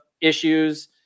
issues